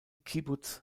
kibbuz